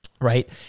Right